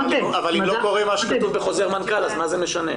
אבל אם לא קורה מה שכתוב בחוזר מנכ"ל, מה זה משנה?